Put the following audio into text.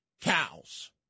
cows